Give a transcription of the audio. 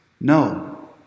No